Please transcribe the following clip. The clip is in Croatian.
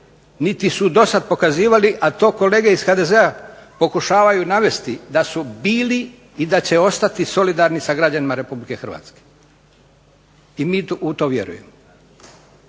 niti su dosad pokazivali, a to kolege iz HDZ-a pokušavaju navesti, da su bili i da će ostati solidarni sa građanima Republike Hrvatske i mi u to vjerujemo.